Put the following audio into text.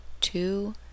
two